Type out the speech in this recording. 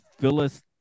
Phyllis